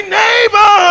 neighbor